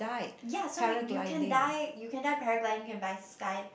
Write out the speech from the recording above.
ya so many you can die you can die paragliding can buy sky